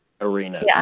arenas